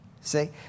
see